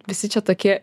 visi čia tokie